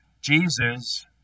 Jesus